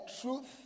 truth